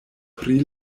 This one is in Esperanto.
pri